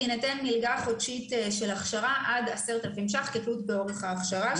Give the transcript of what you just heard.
תינתן מלגה חודשית של הכשרה עד 10,000 ש"ח כתלות באורך ההכשרה,